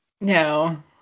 no